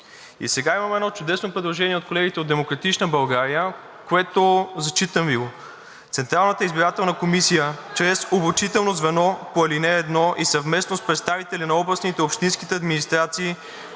И сега имаме едно чудесно предложение от колегите от „Демократична България“, което Ви зачитам: „Централната избирателна комисия чрез обучително звено по ал. 1 и съвместно с представители на областните и общинските администрации